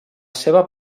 seva